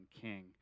King